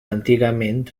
antigament